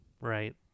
right